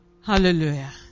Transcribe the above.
Hallelujah